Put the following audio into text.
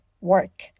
work